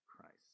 Christ